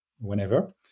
whenever